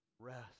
Rest